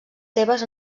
seves